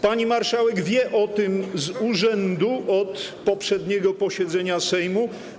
Pani marszałek wie o tym z urzędu od poprzedniego posiedzenia Sejmu.